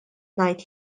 ngħid